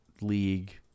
League